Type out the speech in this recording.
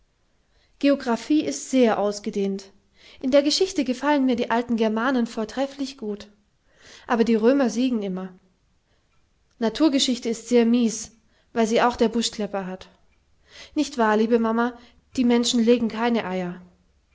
geographie ist sehr ausgedehnt in der geschichte gefallen mir die alten germanen vortrefflich gut aber die römer siegen immer naturgeschichte ist sehr mies weil sie auch der buschklepper hat nicht wahr liebe mama die menschen legen keine eier